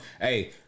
hey